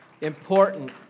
important